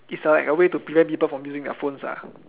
is like a way to prevent people from using their phones ah